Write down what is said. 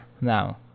now